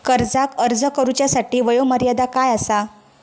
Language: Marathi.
कर्जाक अर्ज करुच्यासाठी वयोमर्यादा काय आसा?